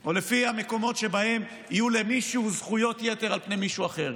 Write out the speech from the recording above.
או לפי המקומות שבהם יהיו למישהו זכויות יתר על פני מישהו אחר.